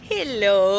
Hello